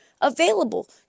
available